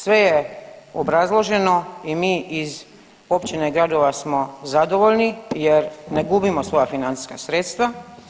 Sve je obrazloženo i mi iz općine i gradova smo zadovoljni jer ne gubimo svoja financijska sredstva.